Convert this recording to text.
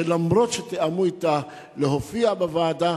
שלמרות שתיאמו אתה להופיע בוועדה,